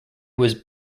was